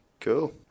Cool